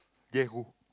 ya who